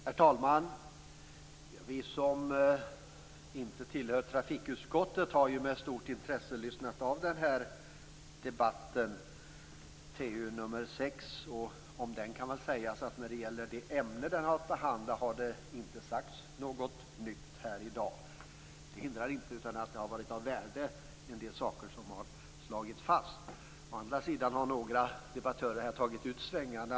Herr talman! Även vi som inte tillhör trafikutskottet har med intresse lyssnat på debatten om betänkande 1997/98:TU6. Om den debatten kan jag väl när det gäller det ämne som behandlas säga att ingenting nytt har sagts i dag. Det hindrar dock inte att en del av de saker är av värde som här har slagits fast. En del debattörer har tagit ut svängarna.